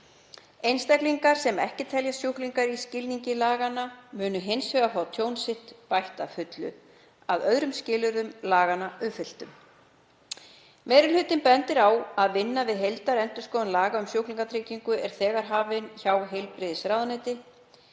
Einstaklingar sem ekki teljast sjúklingar í skilningi laganna munu hins vegar fá tjón sitt bætt að fullu, að öðrum skilyrðum laganna uppfylltum. Meiri hlutinn bendir á að vinna við heildarendurskoðun laga um sjúklingatryggingu er þegar hafin hjá heilbrigðisráðuneyti.